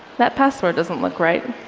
that password doesn't look right.